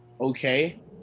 okay